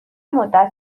مدت